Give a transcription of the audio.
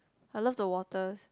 I love the water